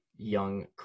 young